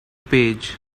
page